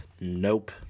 Nope